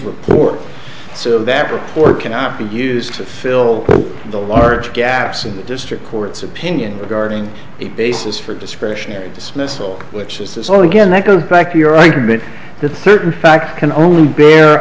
report so that report cannot be used to fill the large gaps in the district court's opinion regarding the basis for discretionary dismissal which is this all again that goes back to your argument the third fact can only be